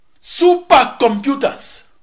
supercomputers